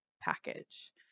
Package